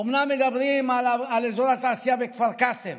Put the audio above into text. אומנם מדברים על אזור התעשייה בכפר קאסם